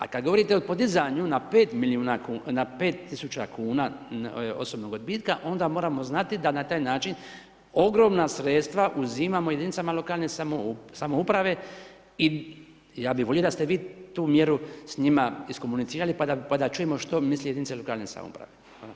A kad govorite o podizanju na 5 000 kuna osobnog odbitka, onda moramo znati da na taj način ogromna sredstva uzimamo jedinicama lokalne samouprave i ja bi volio da ste vi tu mjeru s njima iskomunicirali pa da čujemo što misle jedinice lokalne samouprave.